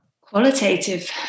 qualitative